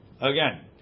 Again